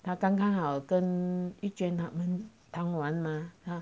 他刚刚好跟 yujian 他们谈完吗他